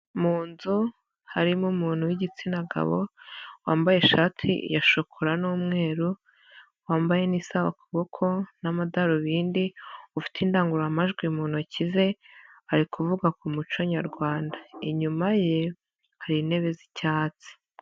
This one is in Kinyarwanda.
Mu nzu harimo umuntu w'igitsina gabo, wambaye ishati ya shokora n'umweru, wambaye n'isaha ku kuboko n'amadarubindi, ufite indangururamajwi mu ntoki ze, ari kuvuga ku muco nyarwanda. Inyuma ye hari intebe z'icyatsi.